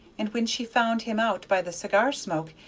and when she found him out by the cigar-smoke,